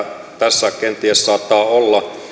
tässä kenties saattaa olla